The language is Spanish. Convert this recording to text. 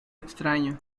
extraño